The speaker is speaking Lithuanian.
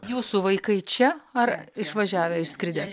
jūsų vaikai čia ar išvažiavę išskridę